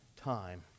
time